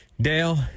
Dale